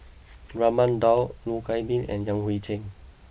Raman Daud Loh Wai Kiew and Yan Hui Chang